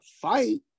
fight